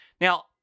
Now